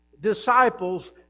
disciples